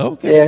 Okay